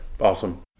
awesome